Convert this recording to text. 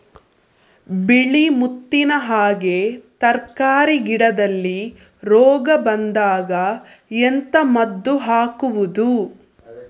ಬಿಳಿ ಮುತ್ತಿನ ಹಾಗೆ ತರ್ಕಾರಿ ಗಿಡದಲ್ಲಿ ರೋಗ ಬಂದಾಗ ಎಂತ ಮದ್ದು ಹಾಕುವುದು?